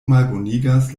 malbonigas